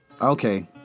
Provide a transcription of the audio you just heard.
Okay